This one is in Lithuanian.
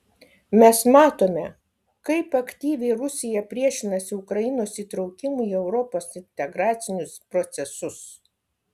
mes matome kaip aktyviai rusija priešinasi ukrainos įtraukimui į europos integracinius procesus